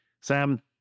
Sam